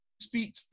speak